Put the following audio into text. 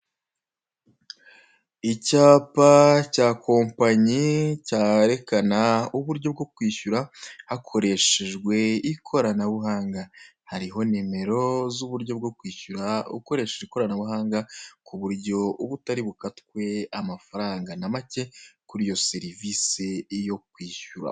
Icyapa cya kompanyi cyarekana uburyo bwo kwishyura hakoreshejwe ikoranabuhanga, hariho nimero z'uburyo bwo kwishyura ukoresheje ikoranabuhanga ku buryo ubutari bukatwa amafaranga na make kuri iyo serivisi yo kwishyura.